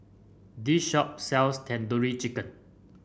this shop sells Tandoori Chicken